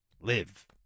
live